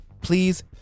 please